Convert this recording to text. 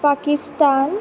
Pakistan